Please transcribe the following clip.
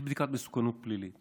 יש בדיקת מסוכנות פלילית